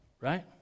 right